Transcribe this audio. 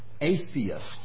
Atheist